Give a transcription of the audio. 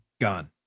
Gone